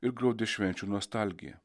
ir graudi švenčių nostalgija